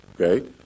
Okay